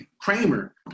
Kramer